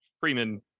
Freeman